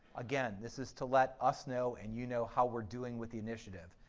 again, this is to let us know and you know how we're doing with the initiative.